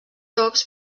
jocs